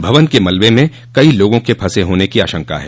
भवन के मलबे में कई लोगों के फंसे होने की आशंका है